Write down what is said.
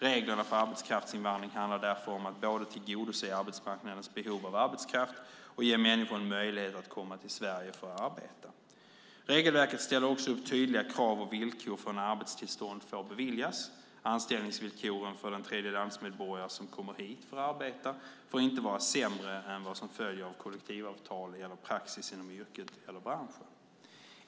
Reglerna för arbetskraftsinvandring handlar därför om att både tillgodose arbetsmarknadens behov av arbetskraft och ge människor en möjlighet att komma till Sverige för att arbeta. Regelverket ställer också upp tydliga krav och villkor för när arbetstillstånd får beviljas. Anställningsvillkoren för den tredjelandsmedborgare som kommer hit för att arbeta får inte vara sämre än vad som följer av kollektivavtal eller praxis inom yrket eller branschen.